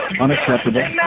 unacceptable